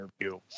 interview